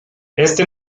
este